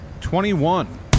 Twenty-one